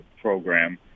program